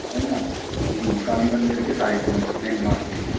है ना जी काली मंदिर के साइड में मेन मार्केट